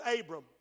Abram